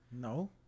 No